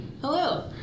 Hello